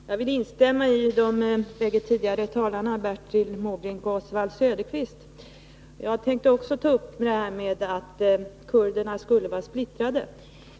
Herr talman! Jag vill instämma i vad de bägge tidigare talarna Bertil Måbrink och Oswald Söderqvist anförde. Jag tänkte också ta upp det här att kurderna skulle vara splittrade.